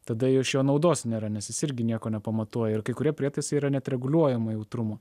tada jau iš jo naudos nėra nes jis irgi nieko nepamatuoja ir kai kurie prietaisai yra net reguliuojamo jautrumo